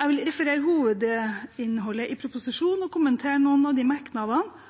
Jeg vil referere hovedinnholdet i proposisjonen og kommentere noen av de merknadene